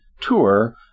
tour